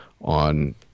on